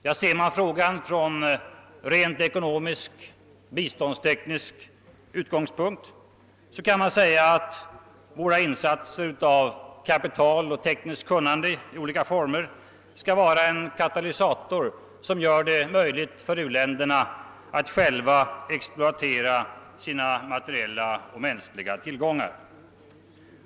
Ja, ser man frågan från rent ekonomisk, biståndsteknisk utgångspunkt kän man säga att våra insatser av kapital och tekniskt kunnande i olika former skall vara en katalysator, som gör det möjligt för u-länderna att själva exploatera sina materiella och mänskliga tillgångar.